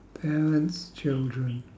parents children